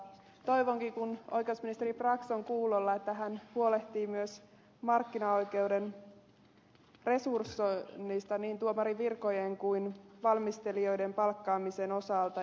toivonkin kun oikeusministeri brax on kuulolla että hän huolehtii myös markkinaoikeuden resursoinnista niin tuomarin virkojen kuin valmistelijoiden palkkaamisen osalta